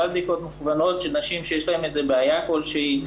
לא על בדיקות מכוונות לנשים שיש להן איזו בעיה כלשהי,